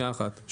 שניה אחת.